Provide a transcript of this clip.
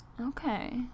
okay